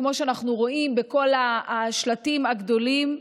כמו שאנחנו רואים בכל השלטים הגדולים: